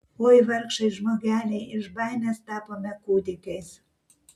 oi vargšai žmogeliai iš baimės tapome kūdikiais